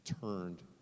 turned